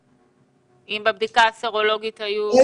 אם בבדיקה הסרולוגית היו ---?